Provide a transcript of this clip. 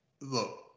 Look